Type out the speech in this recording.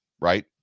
right